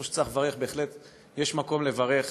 שאיפה שצריך לברך יש מקום לברך.